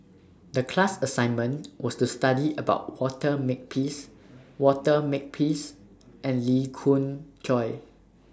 The class assignment was to study about Walter Makepeace Walter Makepeace and Lee Khoon Choy